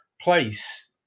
place